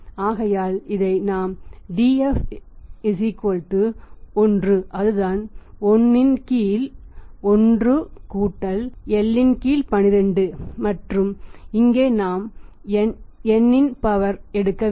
ஆகையால் இதை நாம் Df 1 அதுதான் 1 இன் கீழ் 1l12மற்றும் இங்கே நாம் n இன் பவர் எடுக்க வேண்டும்